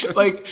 like,